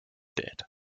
dead